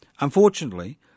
Unfortunately